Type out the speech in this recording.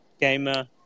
gamer